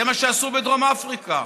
זה מה שעשו בדרום אפריקה.